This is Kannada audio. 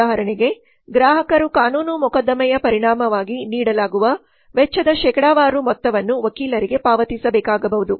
ಉದಾಹರಣೆಗೆ ಗ್ರಾಹಕರು ಕಾನೂನು ಮೊಕದ್ದಮೆಯ ಪರಿಣಾಮವಾಗಿ ನೀಡಲಾಗುವ ವೆಚ್ಚದ ಶೇಕಡಾವಾರು ಮೊತ್ತವನ್ನು ವಕೀಲರಿಗೆ ಪಾವತಿಸಬೇಕಾಗಬಹುದು